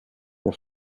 der